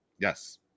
Yes